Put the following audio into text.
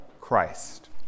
Christ